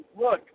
look